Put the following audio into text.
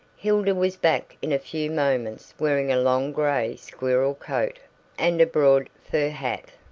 hilda was back in a few moments wearing a long gray squirrel coat and a broad fur hat.